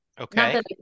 Okay